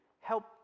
help